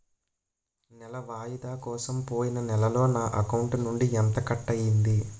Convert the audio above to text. నెల వాయిదా కోసం పోయిన నెలలో నా అకౌంట్ నుండి ఎంత కట్ అయ్యింది?